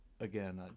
again